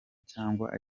cyangwa